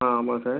ஆ ஆமாம் சார்